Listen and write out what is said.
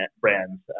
brands